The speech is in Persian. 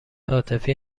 عاطفی